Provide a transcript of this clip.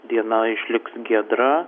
diena išliks giedra